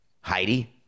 Heidi